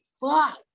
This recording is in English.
Fuck